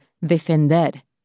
defender